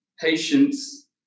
patience